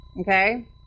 Okay